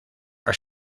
are